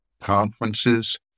conferences